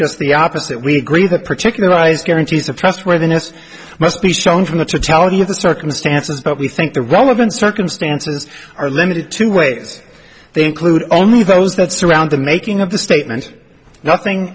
just the opposite we agree that particular eyes guarantees of trustworthiness must be shown from the totality of the circumstances but we think the relevant circumstances are limited to ways they include only those that surround the making of the statement nothing